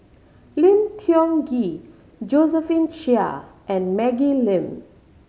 Lim Tiong Ghee Josephine Chia and Maggie Lim